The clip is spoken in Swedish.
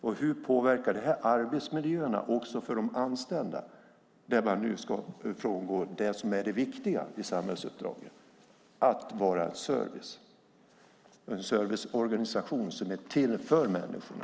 Och hur påverkar det arbetsmiljön för de anställda när man nu ska frångå det viktiga i samhällsuppdraget: att vara en serviceorganisation som är till för människorna?